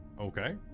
Okay